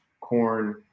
corn